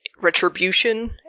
retribution